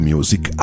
Music